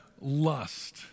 lust